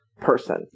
person